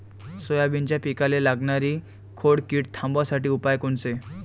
सोयाबीनच्या पिकाले लागनारी खोड किड थांबवासाठी उपाय कोनचे?